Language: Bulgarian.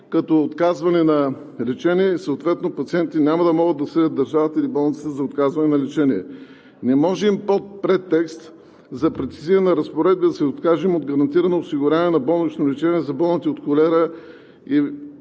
като отказване на лечение, съответно пациентите няма да могат да съдят държавата или болниците за отказване на лечение. Не можем под претекст за прецизиране на разпоредба да се откажем от гарантирано осигуряване на болнично заведение за болните от вече